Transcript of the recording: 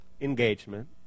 engagement